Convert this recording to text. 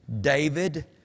David